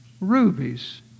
Rubies